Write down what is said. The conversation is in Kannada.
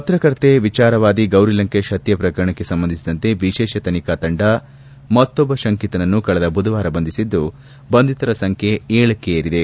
ಪತ್ರಕರ್ತೆ ವಿಚಾರವಾದಿ ಗೌರಿಲಂಕೇಶ್ ಹತ್ಯೆ ಪ್ರಕರಣಕ್ಕೆ ಸಂಬಂಧಿಸಿದಂತೆ ವಿಶೇಷ ತನಿಖಾ ತಂಡ ಮತ್ತೊಬ್ಬ ಶಂಕಿತನನ್ನು ಕಳೆದ ಬುಧವಾರ ಬಂಧಿಸಿದ್ದು ಬಂಧಿತರ ಸಂಖ್ಯೆ ಗಕ್ಷೆ ಏರಿದೆ